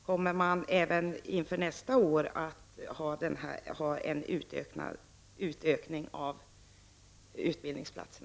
Kommer det även inför nästa år att bli aktuellt med en utökning av antalet utbildningsplatser?